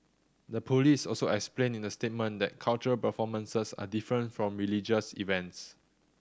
the police also explained in the statement that cultural performances are different from religious events